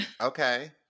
Okay